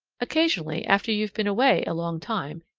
occasionally, after you've been away a long time,